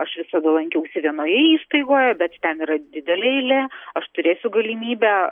aš visada lankiausi vienoje įstaigoje bet ten yra didelė eilė aš turėsiu galimybę